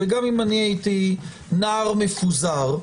וגם אם הייתי נער מפוזר,